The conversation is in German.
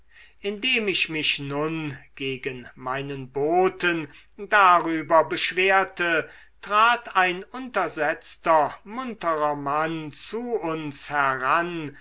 indem ich mich nun gegen meinen boten darüber beschwerte trat ein untersetzter munterer mann zu uns heran